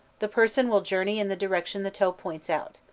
the person will journey in the direction the toe points out.